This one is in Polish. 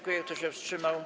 Kto się wstrzymał?